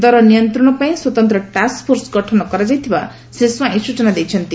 ଦର ନିୟନ୍ତଶ ପାଇଁ ସ୍ୱତନ୍ତ ଟାସ୍କଫୋର୍ସ ଗଠନ କରାଯାଇଥିବା ଶ୍ରୀ ସ୍ୱାଇଁ ସୂଚନା ଦେଇଛନ୍ତି